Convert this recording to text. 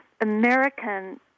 American